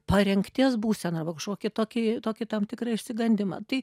parengties būseną arba kažkokį tokį tokį tam tikrą išsigandimą tai